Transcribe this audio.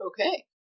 Okay